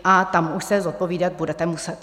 A tam už se zodpovídat budete muset.